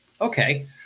Okay